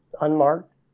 unmarked